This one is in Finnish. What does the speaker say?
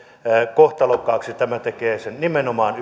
kohtalokkaaksi tämä tekee sen nimenomaan